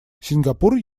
сингапур